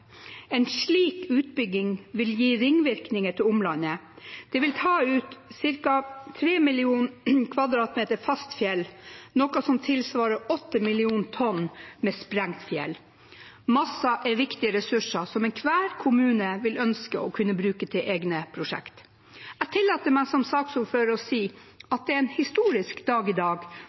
En slik utbygging vil gi ringvirkninger til omlandet. Det vil tas ut 3 millioner m 3 fast fjell, noe som tilsvarer 8 millioner tonn med sprengt fjell. Masser er viktige ressurser som enhver kommune vil ønske å kunne bruke til egne prosjekter. Jeg tillater seg som saksordfører å si at det er en historisk dag i dag